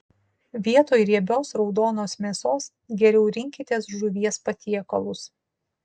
vietoj riebios raudonos mėsos geriau rinkitės žuvies patiekalus